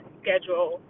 schedule